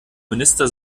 minister